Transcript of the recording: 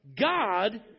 God